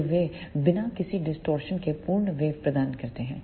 तो वे बिना किसी डिस्टॉर्शन के पूर्ण वेव प्रदान करते हैं